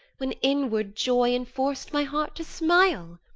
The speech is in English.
when inward joy enforc'd my heart to smile!